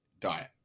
diet